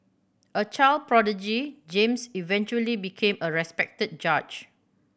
a child prodigy James eventually became a respected judge